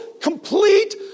complete